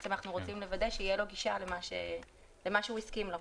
אנחנו רוצים לוודא שתהיה לו גישה למה שהוא הסכים לו.